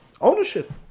ownership